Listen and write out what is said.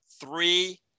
three